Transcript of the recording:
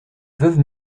veuve